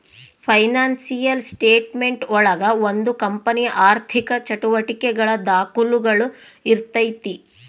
financial statement ಒಳಗ ಒಂದು ಕಂಪನಿಯ ಆರ್ಥಿಕ ಚಟುವಟಿಕೆಗಳ ದಾಖುಲುಗಳು ಇರ್ತೈತಿ